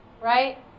Right